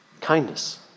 kindness